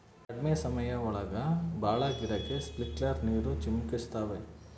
ಕಡ್ಮೆ ಸಮಯ ಒಳಗ ಭಾಳ ಗಿಡಕ್ಕೆ ಸ್ಪ್ರಿಂಕ್ಲರ್ ನೀರ್ ಚಿಮುಕಿಸ್ತವೆ